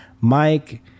mike